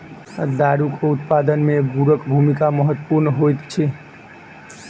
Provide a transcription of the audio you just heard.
दारूक उत्पादन मे गुड़क भूमिका महत्वपूर्ण होइत अछि